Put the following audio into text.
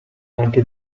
anche